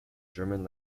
german